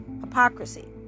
hypocrisy